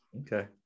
Okay